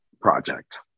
project